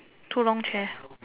two long chair